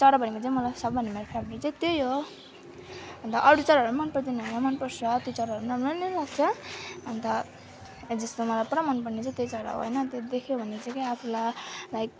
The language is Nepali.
चराभरिमा चाहिँ मलाई सबभन्दा फेभरेट चाहिँ त्यही हो अन्त अरू चराहरू मनपर्दैन होइन मनपर्छ ती चराहरू राम्रो नै लाग्छ अन्त जस्तो मलाई पुरा मनपर्ने चाहिँ त्यही चरा हो होइन त्यो देख्यो भने चाहिँ के आफूलाई लाइक